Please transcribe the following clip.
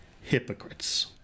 Hypocrites